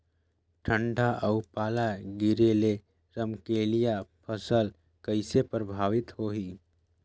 ठंडा अउ पाला गिरे ले रमकलिया फसल कइसे प्रभावित होही?